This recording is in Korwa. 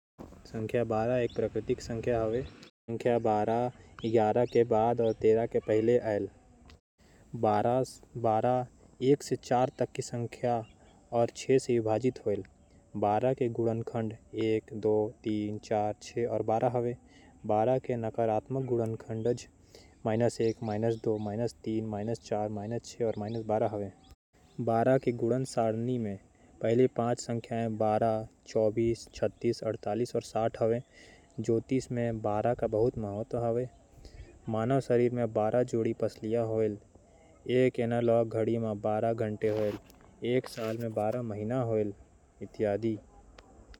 नंबर बारह के कई क्षेत्र म महत्ता हावय। ए ह स्वाभाविक संख्या हरय। ये ग्यारह के बाद अउ तेरा के पहिली आथे। ए ह अति मिश्रित संख्या हरय। एला एक ले चार अउ छह ले विभाज्य हावय। ये पश्चिमी कैलेंडर के केंद्र अउ। दिन के समय के गणना के केऊ प्रणाली हावय। दुनिया के प्रमुख धर्म म ये बार-बार दिखत हावय। ज्योतिष म ए संख्या ल बड़ महत्ता दे जात हे। कुंडली ल बारहभाग म बांटे गे हावय। जेला बारह घर के नाम ले जाने जाथे। एखर आसमान ले गहरा संबंध हे। एमा बारह महीना राशि चक्र के बारह ठिन चिन्ह। अउ चन्द्रमा अउ सूर्य के बारह ठिन स्थिति सामिल हे। अंक शास्त्र म बारह ल सूर्य अउ चंद्रमा के सर्वश्रेष्ठ संयोजन माने जाथे।